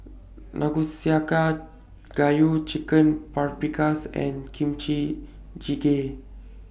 Gayu Chicken Paprikas and Kimchi Jjigae